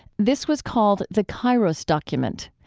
this was called the kairos document.